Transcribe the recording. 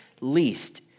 least